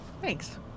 thanks